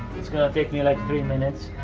it's gonna um take me like three minutes,